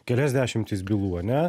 kelias dešimtis bylų ane